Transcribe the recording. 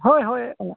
ᱦᱳᱭ ᱦᱳᱭ